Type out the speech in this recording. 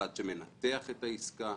הצד שמנתח את העסקה,